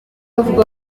avuga